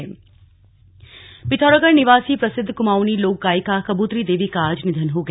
निधन पिथौरागढ़ निवासी प्रसिद्ध कुमाऊनीं लोक गायिका कबूतरी देवी का आज निधन हो गया